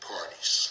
Parties